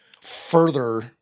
further